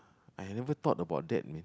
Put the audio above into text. I had never thought about that man